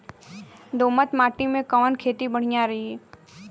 दोमट माटी में कवन खेती बढ़िया रही?